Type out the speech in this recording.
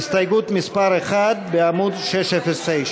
הסתייגות מס' 1 בעמוד 609,